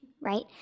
right